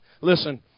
listen